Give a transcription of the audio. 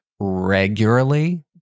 regularly